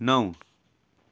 नौ